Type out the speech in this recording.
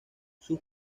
sus